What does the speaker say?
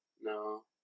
No